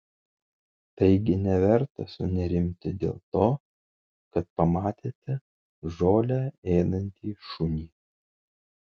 taigi neverta sunerimti dėl to kad pamatėte žolę ėdantį šunį